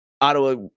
Ottawa